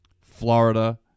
Florida